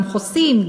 גם חוסים,